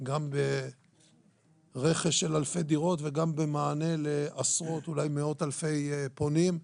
גם ברכש של אלפי דירות וגם במענה לעשרות ואולי מאות אלפי פונים.